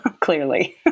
clearly